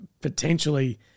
potentially